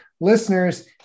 listeners